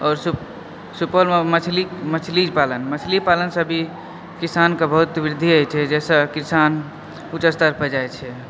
आओर सुपौ सुपौलमे मछली मछली पालन मछली पालन से भी किसानके बहुत वृद्धि होइत छै जाहिसँ किसान उच्च स्तर पर जाइत छै